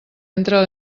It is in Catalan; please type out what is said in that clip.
entra